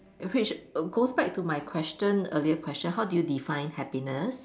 which err back to my question earlier question how do you define happiness